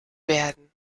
werden